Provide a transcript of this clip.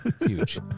huge